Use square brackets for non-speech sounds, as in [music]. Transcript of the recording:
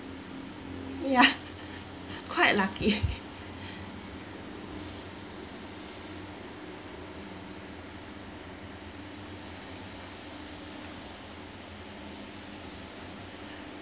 ya [laughs] quite lucky [laughs]